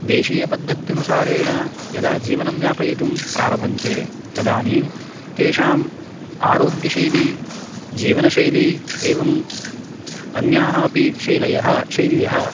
देशीयपद्धत्यनुसारेण यदा जीवनं यापयितुं प्रारभन्ते तदानीं तेषाम् आरोग्यशैली जीवनशैली एवम् अन्याः अपि शैल्यः शैल्यः